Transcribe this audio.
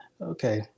Okay